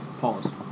Pause